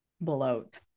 bloat